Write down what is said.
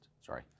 Sorry